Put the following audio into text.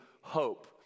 hope